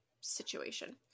situation